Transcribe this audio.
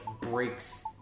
breaks